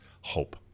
hope